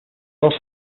also